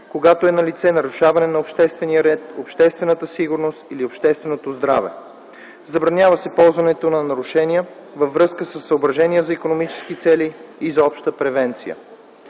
когато е налице нарушаване на обществения ред, обществената сигурност или общественото здраве. Забранява се позоваването на нарушения във връзка със съображения за икономически цели и за обща превенция.